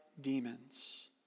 demons